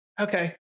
Okay